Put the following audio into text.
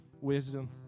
wisdom